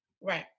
Right